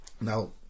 now